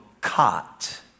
caught